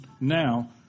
now